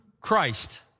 Christ